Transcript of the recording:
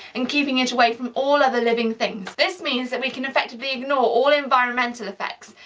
and keeping it away from all other living things. this means that we can effectively ignore all environmental effects.